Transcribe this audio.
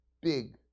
big